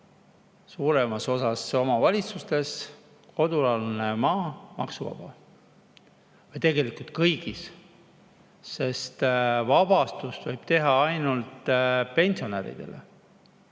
suuremas osas omavalitsustes kodualune maa maksuvaba. Tegelikult kõigis, sest vabastuse võib teha ainult pensionäridele.